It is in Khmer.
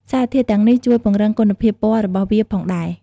សារធាតុទាំងនេះជួយពង្រឹងគុណភាពពណ៌របស់វាផងដែរ។